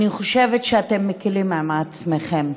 אני חושבת שאתם מקילים עם עצמכם.